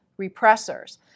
repressors